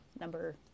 number